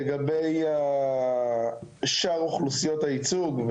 לגבי שאר האוכלוסיות הייצוג,